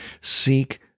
Seek